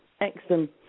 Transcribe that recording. Excellent